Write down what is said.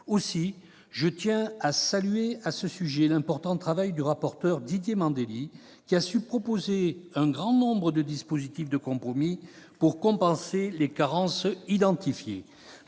sujet, je tiens à saluer l'important travail du rapporteur Didier Mandelli, ... Très bien !... qui a su proposer un grand nombre de dispositifs de compromis pour compenser les carences identifiées.